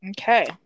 Okay